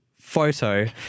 photo